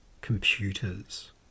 computers